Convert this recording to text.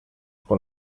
con